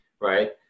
right